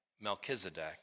Melchizedek